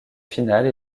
finale